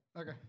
Okay